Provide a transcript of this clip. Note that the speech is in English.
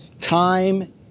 Time